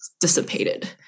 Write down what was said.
dissipated